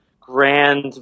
grand